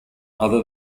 other